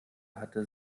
hatte